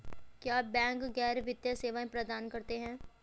क्या बैंक गैर वित्तीय सेवाएं प्रदान करते हैं?